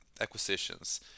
acquisitions